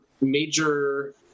major